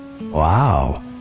Wow